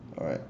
alright